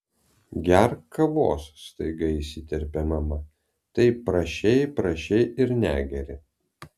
gerk kavos staiga įsiterpė mama taip prašei prašei ir negeri